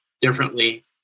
differently